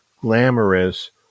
glamorous